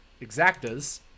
exactas